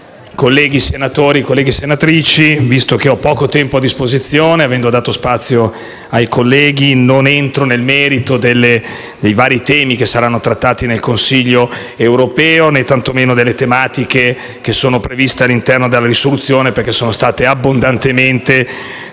colleghi senatori, colleghe senatrici, visto che ho poco tempo a disposizione, avendo dato spazio ai colleghi, non entro nel merito dei vari temi che saranno trattati nel Consiglio europeo, né tantomeno delle tematiche previste all'interno della risoluzione perché sono state abbondantemente